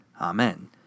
Amen